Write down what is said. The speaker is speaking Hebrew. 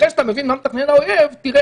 אחרי שאתה מבין מה מתכנן האויב תראה